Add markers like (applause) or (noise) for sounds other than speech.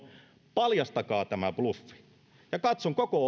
paljastakaa tämä bluffi ja katson koko (unintelligible)